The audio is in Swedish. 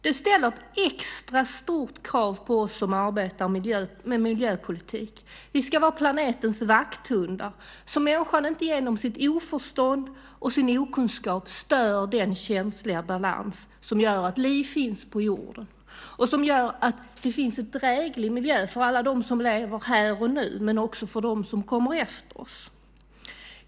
Det ställer extra stora krav på oss som arbetar med miljöpolitik. Vi ska vara planetens vakthundar, så att människan inte genom sitt oförstånd och sin okunskap stör den känsliga balans som gör att liv finns på jorden och som gör att det finns en dräglig miljö för alla dem som lever här och nu men också för dem som kommer efter oss.